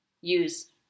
use